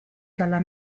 dalla